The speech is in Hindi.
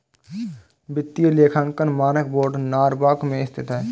वित्तीय लेखांकन मानक बोर्ड नॉरवॉक में स्थित है